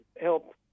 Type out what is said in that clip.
help